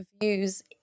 views